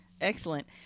excellent